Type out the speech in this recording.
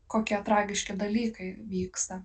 kokie tragiški dalykai vyksta